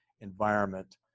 environment